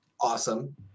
awesome